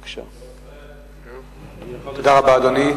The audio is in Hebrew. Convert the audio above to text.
תודה רבה, אדוני.